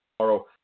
tomorrow